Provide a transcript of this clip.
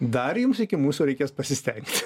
dar jums iki mūsų reikės pasistengti